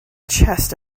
chest